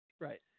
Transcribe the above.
Right